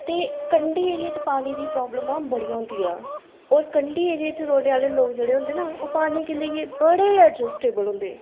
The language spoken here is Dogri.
ते कंढी एरिये च पानी दी प्राब्लमां बड़ियां होंदियां और कंढी एरिये च रौह्ने आह्ले लोक जेहड़े होंदे न ओह् पानी गी लेइयै बड़े एड़जस्टएबल होंदे